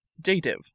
Dative